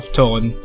tone